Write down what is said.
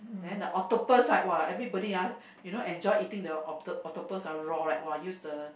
then the octopus right !wah! everybody ah you know enjoy eating the octo~ octopus raw right !wah! use the